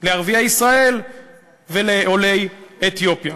לערביי ישראל ולעולי אתיופיה.